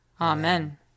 Amen